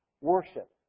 worship